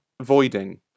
voiding